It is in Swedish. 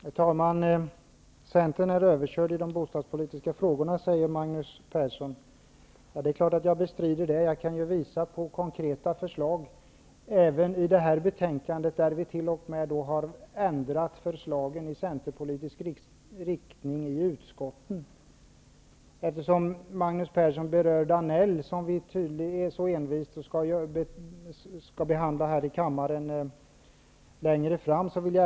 Herr talman! Magnus Persson säger att Centern är överkörd i de bostadspolitiska frågorna. Det är klart att jag bestrider detta påstående. Jag kan visa på konkreta förslag även i detta betänkande. Vi har t.o.m. ändrat förslag i centerpartistisk riktning i utskotten. Magnus Persson envisas med att kommentera Georg Danell. Jag kan säga att vi senare kommer att beröra de sakerna.